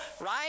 right